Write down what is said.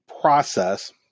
process